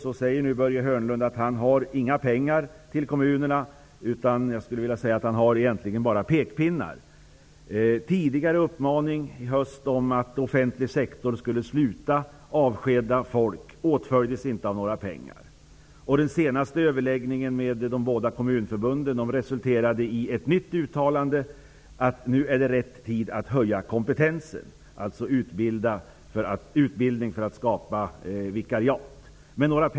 Börje Hörnlund säger nu att han inte har några pengar till kommunerna. Nej, han har egentligen bara pekpinnar. Den tidigare uppmaningen i höst, att offentlig sektor skulle sluta avskeda folk, åtföljdes inte av några pengar. Den senaste överläggningen med de båda kommunförbunden resulterade i ett nytt uttalande, om att det nu är rätt tid att höja kompetensen, dvs. utbildning för att skapa vikariat.